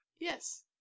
Yes